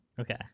Okay